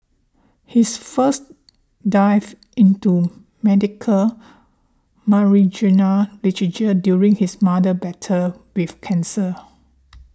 his first delved into medical marijuana literature during his mother's battle with cancer